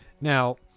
Now